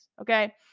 okay